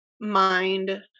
mind